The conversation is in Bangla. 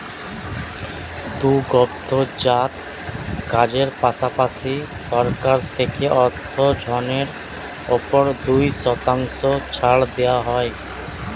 দুগ্ধজাত কাজের পাশাপাশি, সরকার থেকে অর্থ ঋণের উপর দুই শতাংশ ছাড় দেওয়া হয়